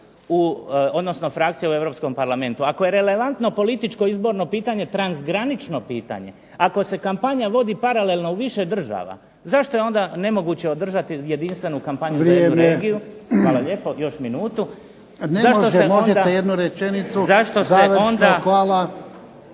odnosno frakcije u europskom Parlamentu. Ako je relevantno političko izborno pitanje transgranično pitanje, ako se kampanja vodi paralelno u više država zašto je onda nemoguće održati jedinstvenu i ... **Jarnjak, Ivan (HDZ)** Vrijeme. **Beus Richembergh, Goran (HNS)** Hvala